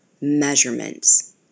measurements